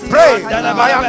Pray